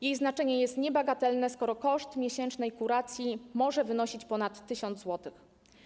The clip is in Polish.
Jej znaczenie jest niebagatelne, skoro koszt miesięcznej kuracji może wynosić ponad 1 tys. zł.